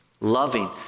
Loving